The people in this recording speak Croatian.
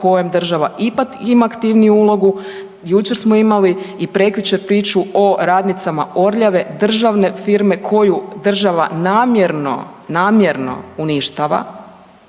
kojem država ipak ima aktivniju ulogu. Jučer smo imali i prekjučer priču o radnicama Orljave državne firme koju država namjerno, namjerno uništava